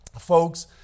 folks